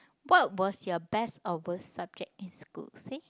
what was your best or worst subject in school say